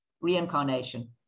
reincarnation